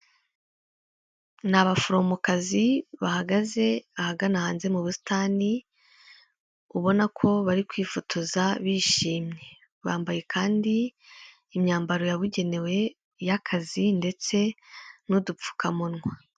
Ni abaforomokazi bahagaze ahagana hanze mu busitani ubona ko bari kwifotoza bishimye, bambaye kandi imyambaro yabugenewe y'akazi ndetse n'udupfukamunwa.